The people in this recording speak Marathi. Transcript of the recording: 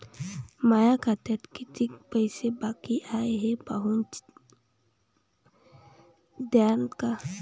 माया खात्यात कितीक पैसे बाकी हाय हे पाहून द्यान का?